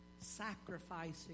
sacrificing